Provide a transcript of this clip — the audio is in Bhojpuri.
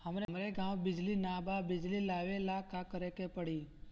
हमरा गॉव बिजली न बा बिजली लाबे ला का करे के पड़ी?